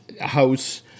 house